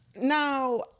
Now